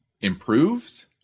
improved